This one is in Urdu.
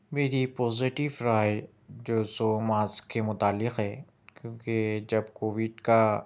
میری پوزیٹیو رائے جو سو ماسک کے متعلق ہے کیونکہ جب کووڈ کا